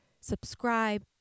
subscribe